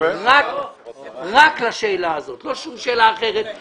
רק לשאלה הזאת ולא שום שאלה אחרת.